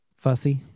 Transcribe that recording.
Fussy